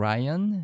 Ryan